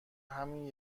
همین